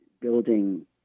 building